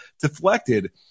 deflected